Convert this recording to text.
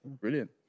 Brilliant